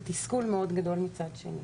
ותסכול מאוד גדול מצד שני.